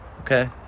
okay